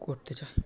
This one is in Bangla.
করতে চাই